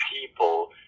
people